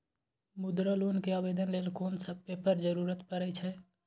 मुद्रा लोन के आवेदन लेल कोन सब पेपर के जरूरत परै छै?